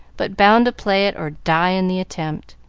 but bound to play it or die in the attempt.